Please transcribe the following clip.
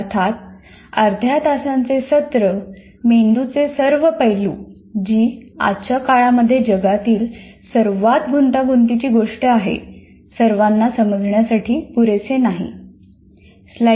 अर्थात अर्ध्या तासांचे सत्र मेंदूचे सर्व पैलू जी आजच्या काळामध्ये जगातील सर्वात गुंतागुंतीची गोष्ट आहे सर्वांना समजण्यासाठी पुरेसे नाही